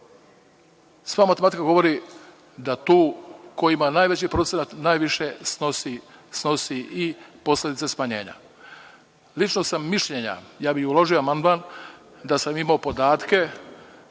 Sva matematika govori da tu ko ima najveći procenat, najviše snosi i posledice smanjenja. Ličnog sam mišljenja, ja bih uložio amandman da sam imao podatke,